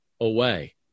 away